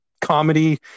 comedy